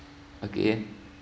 again